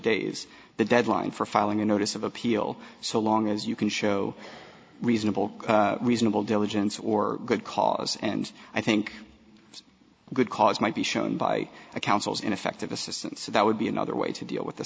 days the deadline for filing a notice of appeal so long as you can show reasonable reasonable diligence or good cause and i think a good cause might be shown by the council's ineffective assistance that would be another way to deal with the